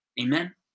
Amen